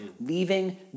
Leaving